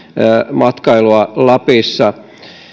matkailua lapissa